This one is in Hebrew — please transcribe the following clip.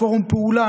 פורום פעולה,